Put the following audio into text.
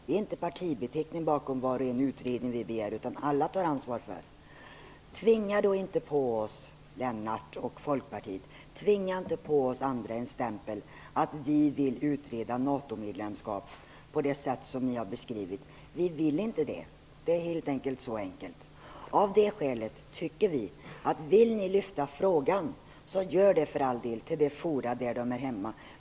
Det ligger inte någon partibeteckning bakom varje begäran om utredning. Alla tar ansvar. Tvinga då inte på oss andra en stämpel att vi vill utreda NATO-medlemskap på det sätt som ni har beskrivit, Lennart Rohdin och Folkpartiet. Vi vill inte det. Så enkelt är det. Av det skälet tycker vi att ni, om ni vill det, för all del kan lyfta upp den frågan till de fora där den hör hemma.